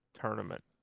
tournament